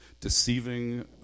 deceiving